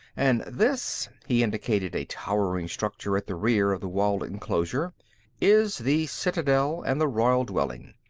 and this, he indicated a towering structure at the rear of the walled enclosure is the citadel and the royal dwelling.